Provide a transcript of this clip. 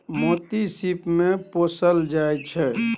मोती सिप मे पोसल जाइ छै